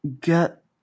get